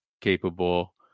capable